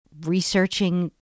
researching